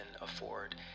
afford